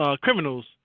criminals